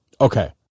Okay